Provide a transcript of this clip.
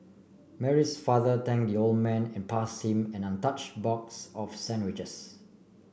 Mary's father thank the old man and pass him an untouched box of sandwiches